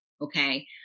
okay